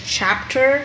chapter